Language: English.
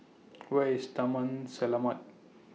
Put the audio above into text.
Where IS Taman Selamat